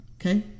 Okay